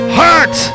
hurt